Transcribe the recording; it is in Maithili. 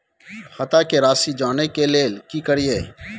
खाता के राशि जानय के लेल की करिए?